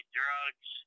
drugs